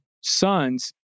sons